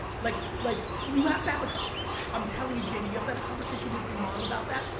like like you have to have a, kind of i'm telling you, jaime, you have to have a conversation with your mom about that.